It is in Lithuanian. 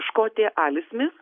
škotė ali smis